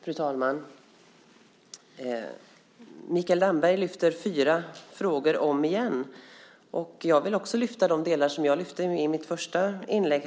Fru talman! Mikael Damberg lyfte fyra frågor om igen. Jag vill också lyfta upp de delar som jag lyfte i mitt första inlägg.